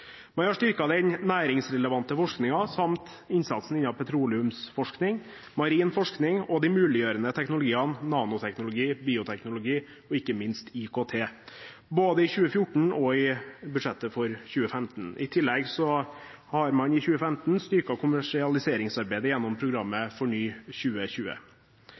Man har styrket den næringsrelevante forskningen samt innsatsen innen petroleumsforskning, marin forskning og de muliggjørende teknologiene nanoteknologi, bioteknologi og ikke minst IKT, både i 2014 og i budsjettet for 2015. I tillegg har man i 2015 styrket kommersialiseringsarbeidet gjennom programmet